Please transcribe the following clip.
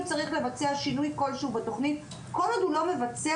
צריך לבצע שינוי כלשהו בתכנית כל עוד הוא לא מבצע